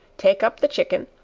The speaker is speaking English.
take up the chicken,